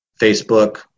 Facebook